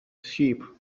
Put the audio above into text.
sheep